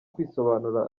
kwisobanura